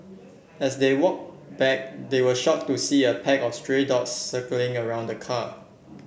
as they walk back they were shock to see a pack of stray dogs circling around the car